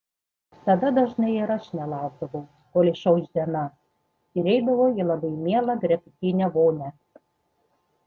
tada dažnai ir aš nelaukdavau kol išauš diena ir eidavau į labai mielą gretutinę vonią